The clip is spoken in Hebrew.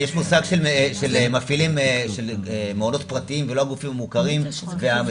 יש מושג של מפעילים של מעונות פרטיים ולא גופים פרטיים והמסובסדים.